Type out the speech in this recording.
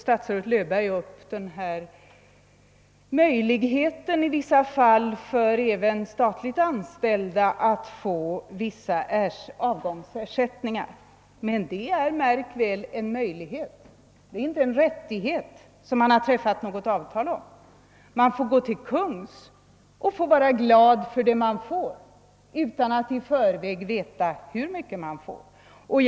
Statsrådet Löfberg hänvisade till möjligheten i vissa fall för även statligt anställda att få avgångsersättning. Det är, märk väl, en möjlighet — inte en rättighet, som man träffat något avtal om. Man får gå till kungs, och man får vara glad för vad man får utan att i förväg veta hur mycket det blir.